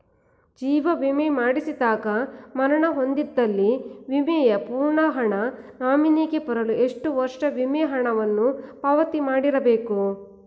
ಜೀವ ವಿಮಾ ಮಾಡಿಸಿದಾಗ ಮರಣ ಹೊಂದಿದ್ದಲ್ಲಿ ವಿಮೆಯ ಪೂರ್ಣ ಹಣ ನಾಮಿನಿಗೆ ಬರಲು ಎಷ್ಟು ವರ್ಷ ವಿಮೆ ಹಣವನ್ನು ಪಾವತಿ ಮಾಡಿರಬೇಕು?